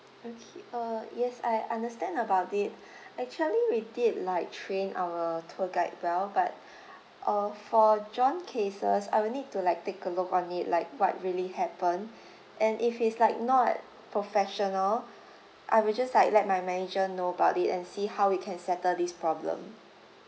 okay uh yes I understand about it actually we did like train our tour guide well but uh for john cases I will need to like take a look on it like what really happened and if it's like not professional I will just like let my manager know about it and see how he can settle this problem